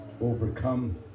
overcome